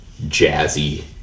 jazzy